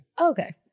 Okay